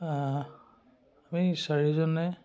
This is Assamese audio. আমি চাৰিজনে